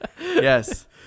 Yes